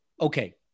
okay